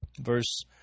verse